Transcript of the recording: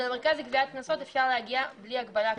שהמרכז לגביית קנסות אפשר להגיע בלי הגבלה.